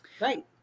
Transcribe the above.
Right